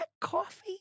coffee